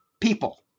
people